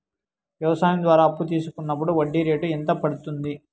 వ్యవసాయం ద్వారా అప్పు తీసుకున్నప్పుడు వడ్డీ రేటు ఎంత పడ్తుంది